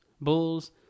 Bulls